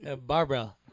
Barbara